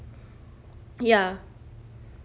ya